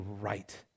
right